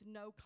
no